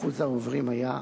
אחוז העוברים היה מדהים,